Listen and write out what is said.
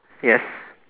yes